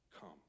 come